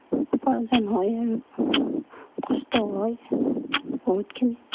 উপাৰ্জন হয় আৰু কষ্টও হয় বহুতখিনি